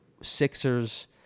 Sixers